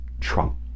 Trump